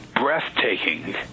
breathtaking